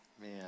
man